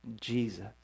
Jesus